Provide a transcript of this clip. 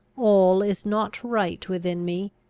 all is not right within me.